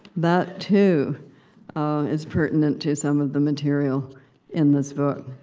that too is pertinent to some of the material in this book.